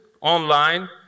online